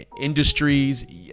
industries